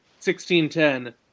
1610